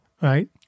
Right